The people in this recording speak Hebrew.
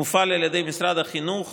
זה מופעל על ידי משרד החינוך